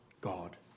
God